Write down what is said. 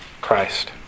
Christ